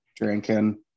drinking